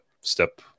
step